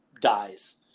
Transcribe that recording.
dies